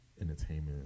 entertainment